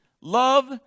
Love